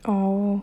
oh